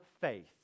faith